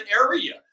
area